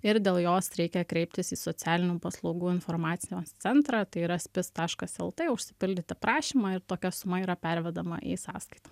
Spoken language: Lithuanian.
ir dėl jos reikia kreiptis į socialinių paslaugų informacijos centrą tai yra spis taškas lt užsipildyti prašymą ir tokia suma yra pervedama į sąskaitą